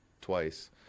twice